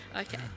Okay